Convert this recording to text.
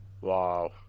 Wow